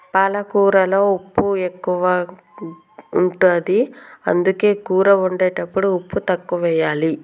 పాలకూరలో ఉప్పు ఎక్కువ ఉంటది, అందుకే కూర వండేటప్పుడు ఉప్పు తక్కువెయ్యాలి